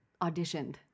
auditioned